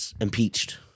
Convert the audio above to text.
impeached